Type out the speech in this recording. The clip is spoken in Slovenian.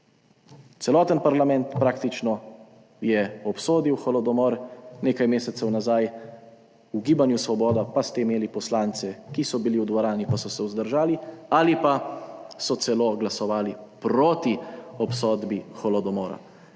celoten parlament je obsodil holodomor nekaj mesecev nazaj, v Gibanju Svoboda pa ste imeli poslance, ki so bili v dvorani, pa so se vzdržali ali pa so celo glasovali proti obsodbi holodomora.